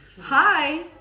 Hi